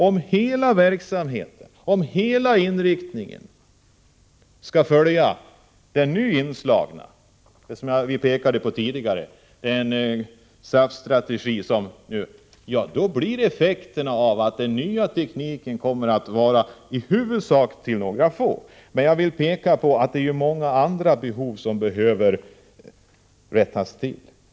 Om hela verksamheten, hela inriktningen, skall följa den nu inslagna vägen, den SAF-strategi som jag tidigare pekade på — blir effekterna att den nya tekniken kommer att utnyttjas i huvudsak till förmån för några få. Men jag vill peka på att många andra behov behöver fyllas.